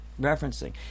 referencing